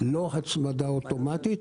לא הצמדה אוטומטית.